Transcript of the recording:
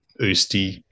Usti